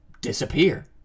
disappear